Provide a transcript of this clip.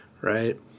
right